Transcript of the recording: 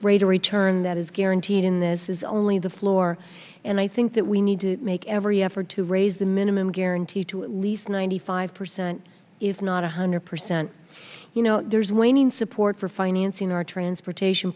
a return that is guaranteed in this is only the floor and i think that we need to make every effort to raise the minimum guarantee to at least ninety five percent if not one hundred percent you know there's waning support for financing or transportation